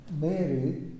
Mary